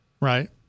Right